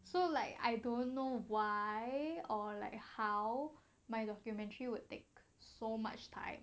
so like I don't know why or like how my documentary would take so much time